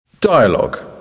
Dialogue